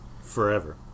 Forever